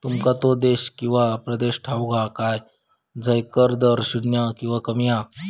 तुमका तो देश किंवा प्रदेश ठाऊक हा काय झय कर दर शून्य किंवा कमी हा?